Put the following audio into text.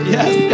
Yes